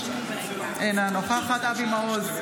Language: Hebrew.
אינה נוכחת אבי מעוז,